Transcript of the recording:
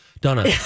Donna